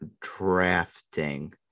drafting